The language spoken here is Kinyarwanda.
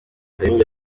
kanyombya